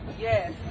Yes